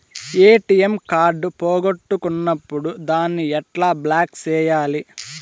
ATM card పోగొట్టుకున్నప్పుడు దాన్ని ఎట్లా బ్లాక్ సేయాలి